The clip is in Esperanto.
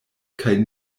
kaj